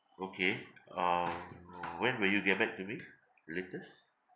okay um when will you get back to me latest